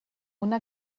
una